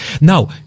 Now